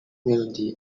melody